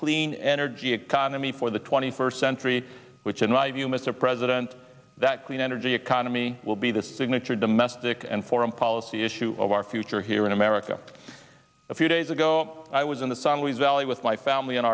clean energy economy for the twenty first century which in my view mr president that clean energy economy will be the signature domestic and foreign policy issue of our future here in america a few days ago i was in the sun weasely with my family